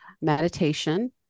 meditation